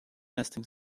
nesting